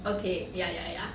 okay ya ya ya